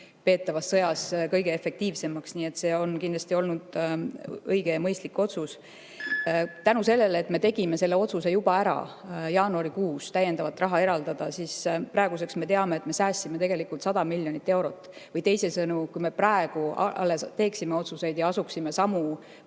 peetavas sõjas kõige efektiivsemaks, nii et see on kindlasti olnud õige ja mõistlik otsus. Tänu sellele, et me tegime selle otsuse, täiendavat raha eraldada, ära juba jaanuarikuus, siis praeguseks me teame, et me säästsime tegelikult 100 miljonit eurot. Või teisisõnu, kui me praegu alles teeksime otsuseid ja asuksime samu